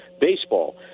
baseball